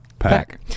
pack